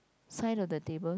side of the table